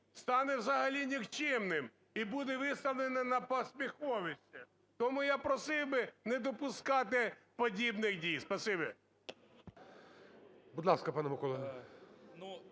стане взагалі нікчемним і буде виставлений на посміховище. Тому я просив би не допускати подібних дій.